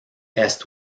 est